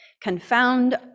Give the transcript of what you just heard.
confound